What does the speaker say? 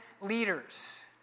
leaders